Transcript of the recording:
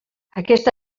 aquesta